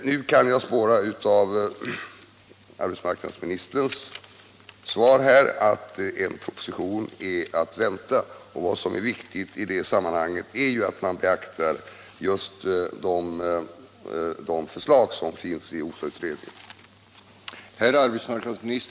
Nu finner jag av arbetsmarknadsministerns svar att en proposition är att vänta. Vad som är viktigt i det sammanhanget är att man beaktar de förslag som OSA-utredningen framlade.